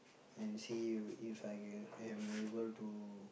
and see if if I a~ am able to